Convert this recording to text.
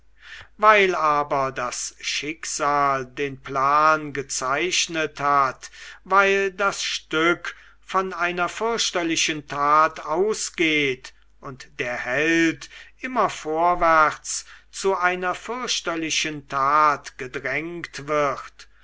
weil aber das schicksal den plan gezeichnet hat weil das stück von einer fürchterlichen tat ausgeht und der held immer vorwärts zu einer fürchterlichen tat gedrängt wird